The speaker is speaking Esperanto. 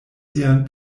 sian